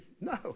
No